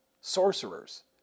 sorcerers